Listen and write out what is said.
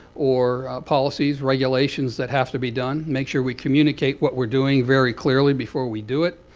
or policies regulations that have to be done, make sure we communicate what we're doing very clearly before we do it,